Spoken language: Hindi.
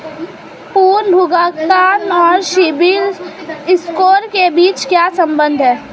पुनर्भुगतान और सिबिल स्कोर के बीच क्या संबंध है?